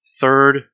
third